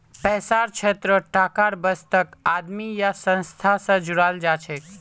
पैसार क्षेत्रत टाकार बचतक आदमी या संस्था स जोड़ाल जाछेक